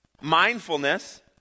mindfulness